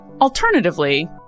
Alternatively